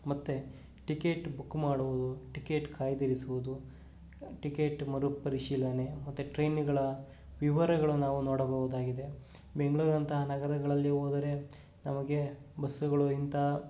ಮತ್ತು ticket book ಮಾಡುವುದು ticket ಕಾಯ್ದಿರಿಸುವುದು ಟಿಕೆಟ್ ಮರುಪರಿಶೀಲನೆ ಮತ್ತು ಟ್ರೈನ್ಗಳ ವಿವರಗಳು ನಾವು ನೋಡಬಹುದಾಗಿದೆ ಬೆಂಗಳೂರಂತಹ ನಗರಗಳಲ್ಲಿ ಹೋದರೆ ನಮಗೆ ಬಸ್ಸುಗಳಿಗಿಂತ